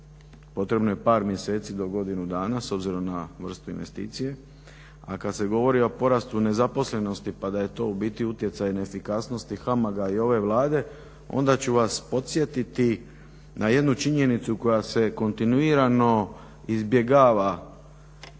Potrebno je par mjeseci do godinu dana s obzirom na vrstu investicije, a kada se govori o porastu nezaposlenosti pa da je to utjecaj neefikasnosti HAMAG-a i ove Vlade onda ću vas podsjetiti na jednu činjenicu koja se kontinuirano izbjegava,